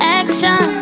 action